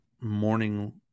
morning